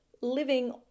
living